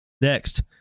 Next